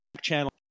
channel